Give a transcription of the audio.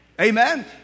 Amen